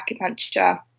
acupuncture